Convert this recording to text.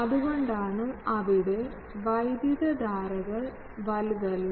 അതുകൊണ്ടാണ് അവിടെ വൈദ്യുതധാരകൾ വലുതല്ല